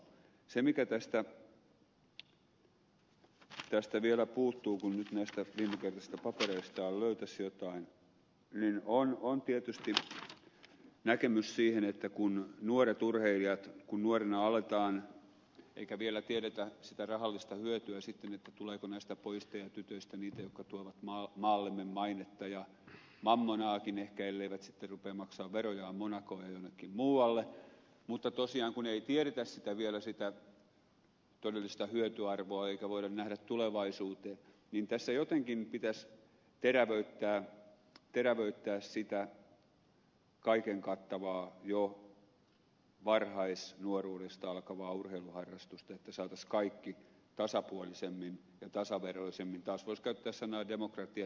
se mikä tästä vielä puuttuu kun nyt näistä viimekertaisista papereistaan löytäisi jotain on tietysti näkemys siihen että kun on nuoret urheilijat nuorena aloitetaan eikä vielä tiedetä sitä rahallista hyötyä ja sitä tuleeko näistä pojista ja tytöistä niitä jotka tuovat maallemme mainetta ja mammonaakin ehkä elleivät sitten rupea maksamaan verojaan monacoon ja jonnekin muualle mutta tosiaan kun ei tiedetä vielä sitä todellista hyötyarvoa eikä voida nähdä tulevaisuuteen niin tässä jotenkin pitäisi terävöittää sitä kaiken kattavaa jo varhaisnuoruudesta alkavaa urheiluharrastusta että saataisiin kaikki tasapuolisemmin ja tasaveroisemmin taas voisi käyttää sanaa demokratia